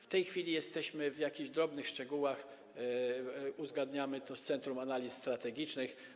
W tej chwili jesteśmy na etapie jakichś drobnych szczegółów, uzgadniamy to z Centrum Analiz Strategicznych.